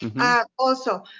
yeah also,